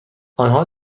آنها